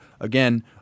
Again